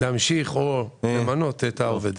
להמשיך או למנות את העובד.